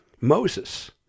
Moses